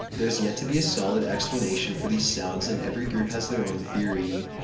there has yet to be a solid explanation for these sounds and every group has their own theory.